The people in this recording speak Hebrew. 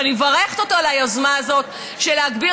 ואני מברכת אותו על היוזמה הזאת של להגביר